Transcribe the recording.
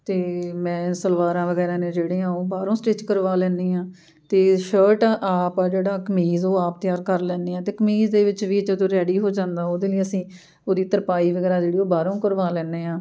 ਅਤੇ ਮੈਂ ਸਲਵਾਰਾਂ ਵਗੈਰਾ ਨੇ ਜਿਹੜੀਆਂ ਉਹ ਬਾਹਰੋਂ ਸਟਿੱਚ ਕਰਵਾ ਲੈਂਦੀ ਹਾਂ ਅਤੇ ਸ਼ਰਟ ਆਪ ਜਿਹੜਾ ਕਮੀਜ਼ ਉਹ ਆਪ ਤਿਆਰ ਕਰ ਲੈਂਦੀ ਹਾਂ ਅਤੇ ਕਮੀਜ਼ ਦੇ ਵਿੱਚ ਵੀ ਜਦੋਂ ਰੈਡੀ ਹੋ ਜਾਂਦਾ ਉਹਦੇ ਲਈ ਅਸੀਂ ਉਹਦੀ ਤਰਪਾਈ ਵਗੈਰਾ ਜਿਹੜੀ ਉਹ ਬਾਹਰੋਂ ਕਰਵਾ ਲੈਂਦੇ ਹਾਂ